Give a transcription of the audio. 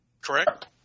Correct